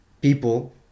people